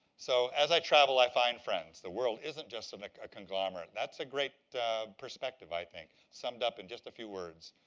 so as i travel, i find friends. the world isn't just like a conglomerate. that's a great perspective, i think, summed up in just a few words.